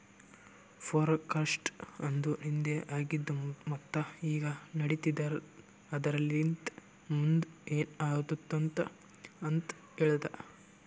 forecast ಅಂದುರ್ ಹಿಂದೆ ಆಗಿದ್ ಮತ್ತ ಈಗ ನಡಿತಿರದ್ ಆದರಲಿಂತ್ ಮುಂದ್ ಏನ್ ಆತ್ತುದ ಅಂತ್ ಹೇಳ್ತದ